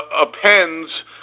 appends